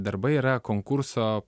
darbai yra konkurso